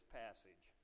passage